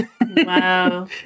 wow